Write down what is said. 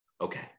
Okay